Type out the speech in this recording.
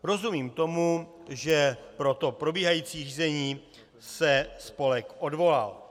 Rozumím tomu, že pro to probíhající řízení se spolek odvolal.